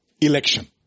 election